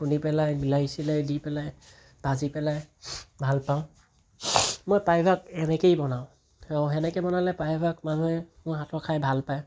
খুন্দি পেলাই বিলাহী চিলাহী দি পেলাই ভাজি পেলাই ভাল পাওঁ মই প্ৰায়ভাগ এনেকৈয়ে বনাওঁ আৰু সেনেকৈ বনালে প্ৰায়ভাগ মানুহে মোৰ হাতৰ খাই ভাল পায়